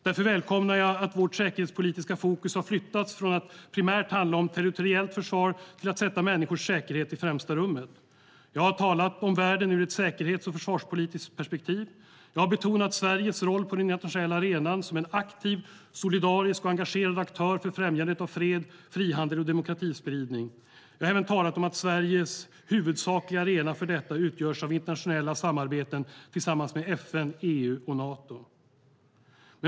Därför välkomnar jag att vårt säkerhetspolitiska fokus har flyttats från att primärt handla om territoriellt försvar till att sätta människors säkerhet i främsta rummet. Jag har talat om världen ur ett säkerhets och försvarspolitiskt perspektiv. Jag har betonat Sveriges roll på den internationella arenan som en aktiv, solidarisk och engagerad aktör för främjandet av fred, frihandel och demokratispridning. Jag har även talat om att Sveriges huvudsakliga arena för detta utgörs av internationella samarbeten tillsammans med FN, EU och Nato.